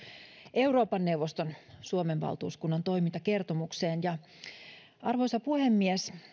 euroopan neuvoston suomen valtuuskunnan toimintakertomukseen arvoisa puhemies